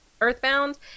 earthbound